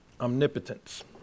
Omnipotence